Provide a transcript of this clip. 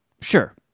Sure